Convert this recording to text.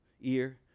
ear